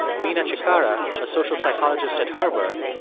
mina cikara, a social psychologist at harvard,